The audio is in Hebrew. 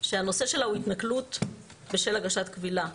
שהנושא שלה הוא התנכלות בשל הגשת קבילה.